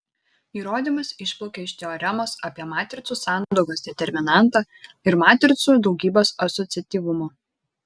įrodymas išplaukia iš teoremos apie matricų sandaugos determinantą ir matricų daugybos asociatyvumo